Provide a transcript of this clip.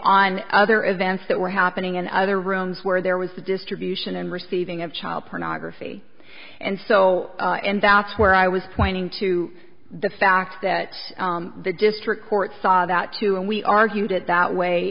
on other events that were happening in other rooms where there was the distribution and receiving of child pornography and so and that's where i was pointing to the fact that the district court saw that too and we argued it that way